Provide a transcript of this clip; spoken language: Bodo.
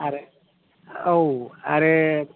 आरो औ आरो